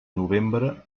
novembre